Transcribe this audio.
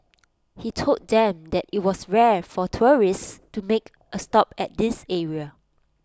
he told them that IT was rare for tourists to make A stop at this area